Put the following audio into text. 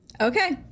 Okay